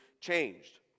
changed